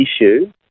issue